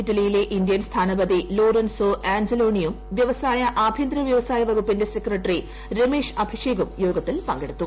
ഇറ്റലിയിലെ ഇന്ത്യൻ സ്ഥാനപതി ലോറൻസോ ആൻജലോണിയും വൃവസായ ആഭ്യന്തര വൃവസായ വകുപ്പിന്റെ സെക്രട്ടറി രമേഷ് അഭിഷേകും യോഗത്തിൽ പങ്കെടുത്തു